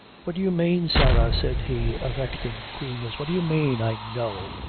what do you mane, sarah? said he, affecting coolness what do you mane? i know!